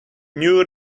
new